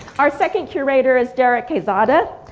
our second curator is derek quezada.